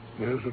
Yes